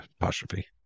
apostrophe